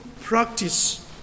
practice